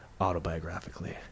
autobiographically